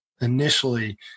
initially